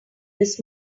this